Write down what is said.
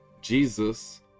Jesus